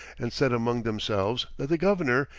and said among themselves that the governor,